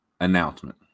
announcement